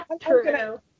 true